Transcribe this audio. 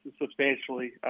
substantially